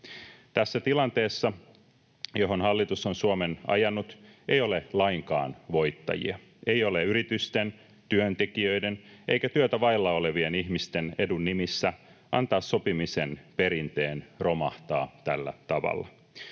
Tässä tilanteessa, johon hallitus on Suomen ajanut, ei ole lainkaan voittajia. Ei ole yritysten, työntekijöiden eikä työtä vailla olevien ihmisten edun nimissä antaa sopimisen perinteen romahtaa tällä tavalla.